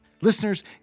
Listeners